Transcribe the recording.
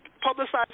publicized